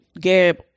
Gab